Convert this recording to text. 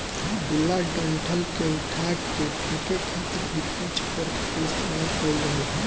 खुला डंठल के उठा के फेके खातिर भी पिच फोर्क के इस्तेमाल कईल जाला